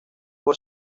por